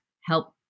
help